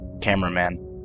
Cameraman